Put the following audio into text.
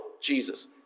Jesus